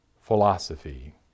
philosophy